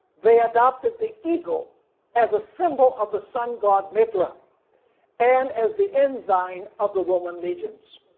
they adopted the eagle as a symbol of the sun god mithra and as the ensign of the roman legions.